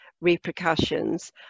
repercussions